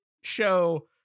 show